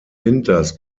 winters